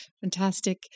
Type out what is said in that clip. Fantastic